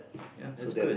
ya that's good